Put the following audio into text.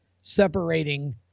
separating